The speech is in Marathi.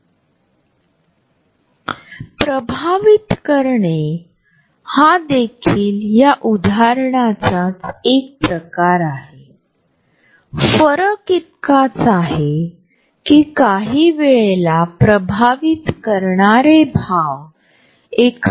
प्रॉक्सॅमिक्सला जवळीकतेच्या पातळीच्या चार वेगवेगळ्या झोनमध्ये विभागले जाते